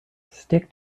stick